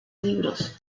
libros